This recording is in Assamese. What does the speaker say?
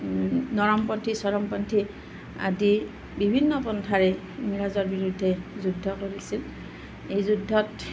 নৰমপন্থী চৰমপন্থী আদি বিভিন্ন পন্থাৰে ইংৰাজৰ বিৰুদ্ধে যুদ্ধ কৰিছিল এই যুদ্ধত